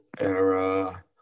Era